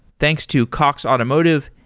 thanks to cox automotive,